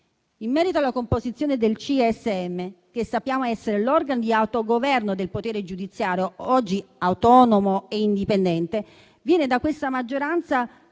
In merito alla composizione del CSM, che sappiamo essere l'organo di autogoverno del potere giudiziario, oggi autonomo e indipendente, viene da questa maggioranza